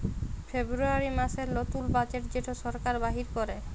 ফেব্রুয়ারী মাসের লতুল বাজেট যেট সরকার বাইর ক্যরে